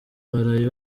baraye